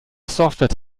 software